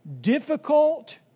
difficult